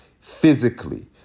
physically